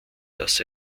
das